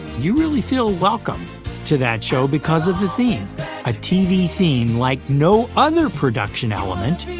you really feel welcome to that show, because of the theme a tv theme like no other production element,